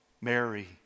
Mary